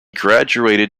graduated